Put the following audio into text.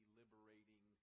liberating